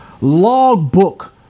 logbook